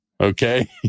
Okay